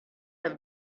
have